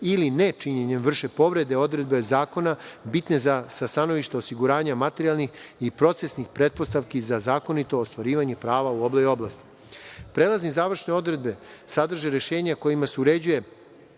ili nečinjenjem vrše povrede odredbi zakona bitne sa stanovišta osiguranja materijalnih i procesnih pretpostavki za zakonito ostvarivanje prava u ovoj oblasti. Prelazne i završne odredbe sadrže rešenja kojima se uređuje